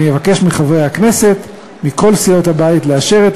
אבקש מחברי הכנסת מכל סיעות הבית לאשר את